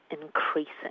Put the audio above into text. increasing